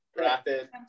rapid